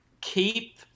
keep